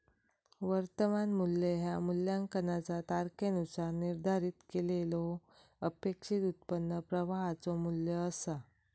वर्तमान मू्ल्य ह्या मूल्यांकनाचा तारखेनुसार निर्धारित केलेल्यो अपेक्षित उत्पन्न प्रवाहाचो मू्ल्य असा